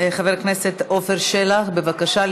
חבר הכנסת עפר שלח, בבקשה.